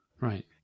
Right